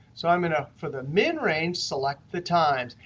so i'm going to, for the min range, select the times.